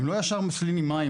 הם לא ישר מתיזים מים,